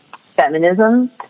feminism